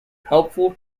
helpful